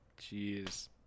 Jeez